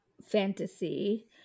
fantasy